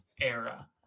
era